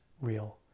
real